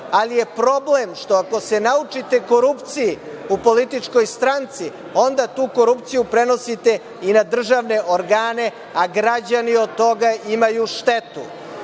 Ali, problem je što ako se naučite korupciji u političkoj stranci, onda tu korupciju prenosite i na državne organe, a građani od toga imaju